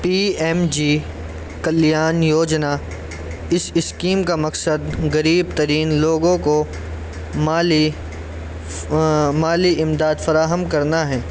پی M G Kalyan Yojana اس scheme کا مقصد قریب ترین لوگوں کو مالی مالی امداد فراہم کرنا ہیں